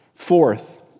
Fourth